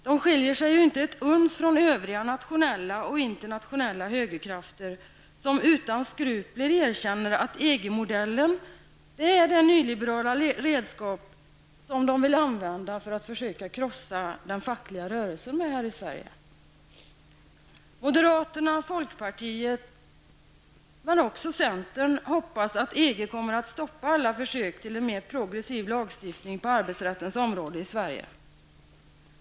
De skiljer sig inte ett uns från övriga nationella och internationella högerkrafter, som utan skrupler erkänner att EG-modellen är det nyliberala redskap som de vill använda för att försöka krossa den fackliga rörelsen här i Sverige. Moderaterna och folkpartiet men också centern hoppas att EG kommer att stoppa alla försök till en mer progressiv lagstiftning på arbetsrättens område i Sverige.